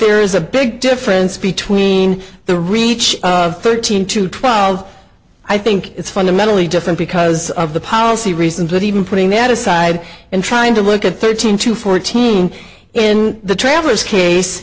there is a big difference between the reach of thirteen to twelve i think it's fundamentally different because of the policy reasons that even putting that aside and trying to look at thirteen to fourteen in the traverse case